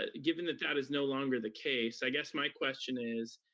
ah given that that is no longer the case, i guess my question is,